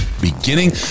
beginning